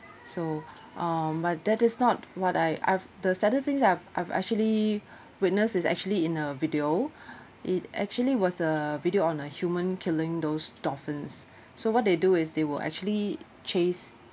so um but that is not what I I've the saddest things I've I've actually witness is actually in a video it actually was a video on a human killing those dolphins so what they do is they will actually chase